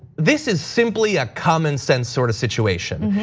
this is simply a common sense sort of situation.